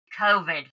COVID